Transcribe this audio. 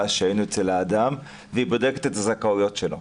שהיינו אצל האדם והיא בודקת את הזכאויות שלו.